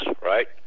right